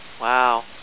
Wow